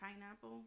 pineapple